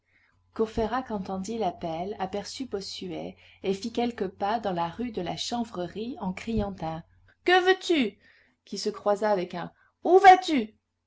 courfeyrac entendit l'appel aperçut bossuet et fit quelques pas dans la rue de la chanvrerie en criant un que veux-tu qui se croisa avec un où vas-tu